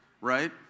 right